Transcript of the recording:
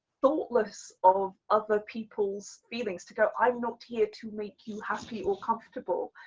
thoughtless of other people's feelings, to go i'm not here to make you happy or comfortable,